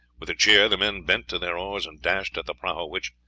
with a cheer the men bent to their oars, and dashed at the prahu which,